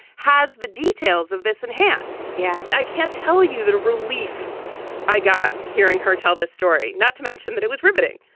has the details of this in hand. yeah, i can't tell you that. a relief i got hearing her tell this story, not to mention that it was riveting.